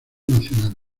nacional